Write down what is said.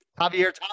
Javier